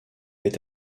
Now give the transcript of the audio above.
est